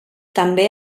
també